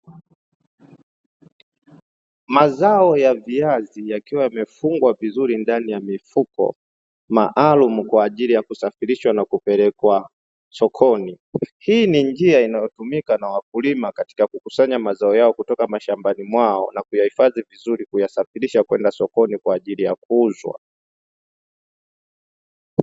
Mazao ya viazi yakiwa yamefungwa vizuri ndani ya mifuko maalumu kwa ajili ya kusafirishwa na kupelekwa sokoni, hii ni njia inayotumika na wakulima katika kukusanya mazao yao kutoka shambani mwao na kuyahifdhi vizuri kuyasasfirisha kwenda sokoni kwa ajili ya kuuzwa.